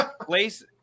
Place